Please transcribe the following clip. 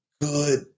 good